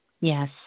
Yes